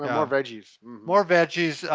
more veggies. more veggies,